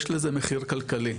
יש לזה מחיר כלכלי,